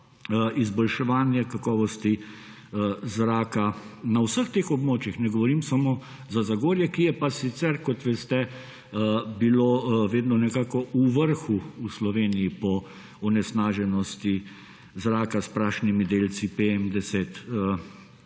izboljševanje kakovosti zraka na vseh teh območjih, ne govorim samo za Zagorje, ki je pa sicer, kot veste, bilo vedno nekako v vrhu v Sloveniji po onesnaženosti zraka s prašnimi delci PM10.